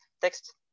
text